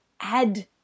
add